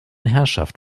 herrschaft